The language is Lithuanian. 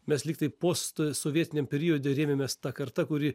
mes lygtai postsovietiniam periode rėmėmės ta karta kuri